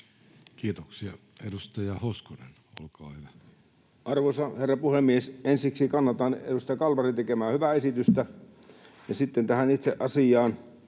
Kiitoksia. — Edustaja Hoskonen, olkaa hyvä. Arvoisa herra puhemies! Ensiksi kannatan edustaja Kalmarin tekemää hyvää esitystä, ja sitten tähän itse asiaan